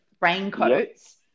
raincoats